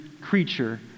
creature